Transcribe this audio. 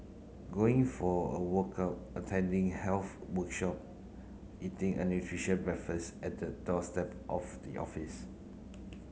going for a workout attending health workshop eating an nutritious breakfast at the doorstep of the office